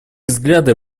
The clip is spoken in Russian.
взгляды